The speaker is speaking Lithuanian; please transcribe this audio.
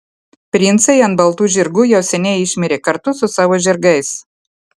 princai ant baltų žirgų jau seniai išmirė kartu su savo žirgais